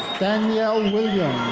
danielle williams.